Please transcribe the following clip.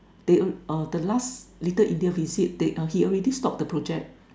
they uh they last Little India visit they he already stopped the project